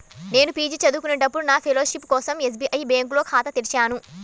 నేను పీజీ చదువుకునేటప్పుడు నా ఫెలోషిప్ కోసం ఎస్బీఐ బ్యేంకులో ఖాతా తెరిచాను